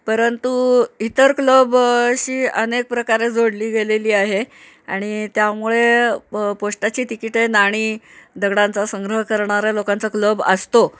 परंतु इतर क्लब अशी अनेक प्रकारे जोडली गेलेली आहे आणि त्यामुळे प पोस्टाची तिकिटे नाणी दगडांचा संग्रह करणाऱ्या लोकांचा क्लब असतो